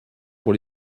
pour